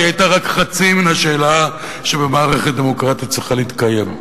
אבל היא היתה רק חצי מהשאלה שבמערכת דמוקרטית צריכה להתקיים.